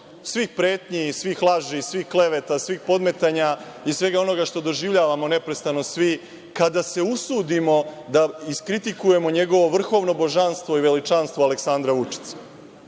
svih pretnji, svih laži, svih kleveta, svih podmetanja i svega onoga što doživljavamo neprestano svi, kada se usudimo da iskritikujemo njegovo vrhovno božanstvo i veličanstvo Aleksandra Vučića. Ljudi,